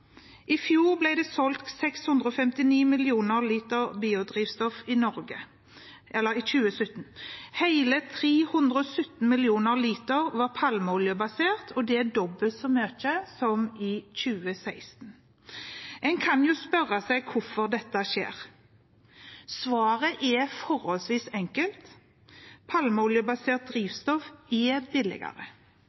I fjor ble det solgt 659 mill. liter biodrivstoff i Norge. Hele 317 mill. liter var palmeoljebasert, og det er dobbelt så mye som i 2016. En kan jo spørre seg hvorfor dette skjer. Svaret er forholdsvis enkelt: Palmeoljebasert drivstoff er billigere.